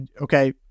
okay